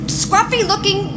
scruffy-looking